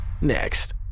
next